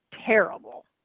terrible